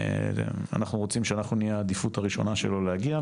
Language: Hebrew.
אנחנו רוצים שאנחנו נהיה העדיפות הראשונה שלו להגיע,